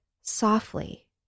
softly